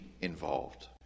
involved